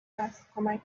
هست، کمک